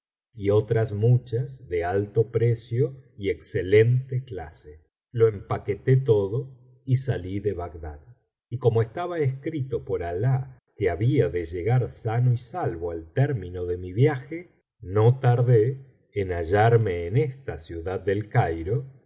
y otras muchas de alto precio y excelente clase lo empaqueté todo y salí de bagdad y como estaba escrito por alah que había de llegar sano y salvo al término de mi viaje no tardé en biblioteca valenciana las mil noches y una noche hallarme en esta ciudad de el cairo